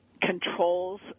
controls